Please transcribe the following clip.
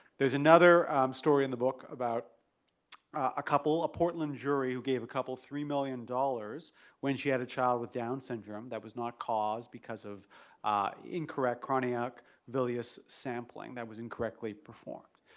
there's another story in the book about a couple, a portland jury who gave a couple three million dollars when she had a child with down syndrome that was not caused because of incorrect chorionic villus sampling that was incorrectly performed.